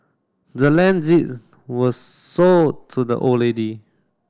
the land was sold to the old lady